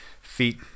feet